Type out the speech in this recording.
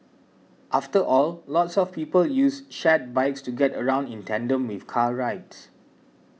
after all lots of people use shared bikes to get around in tandem with car rides